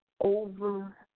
over